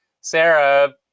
Sarah